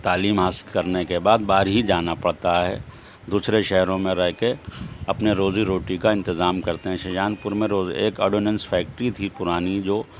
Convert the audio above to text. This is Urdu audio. تعلیم حاصل کرنے کے بعد باہر ہی جانا پڑتا ہے دوسرے شہروں میں رہ کے اپنے روزی روٹی کا انتظام کرتے ہیں شاہجہان پور میں روز ایک آرڈونینس فیکٹری تھی پرانی جو